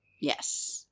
Yes